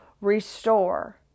restore